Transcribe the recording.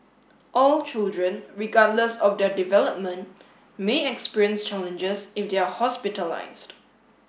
all children regardless of their development may experience challenges if they are hospitalised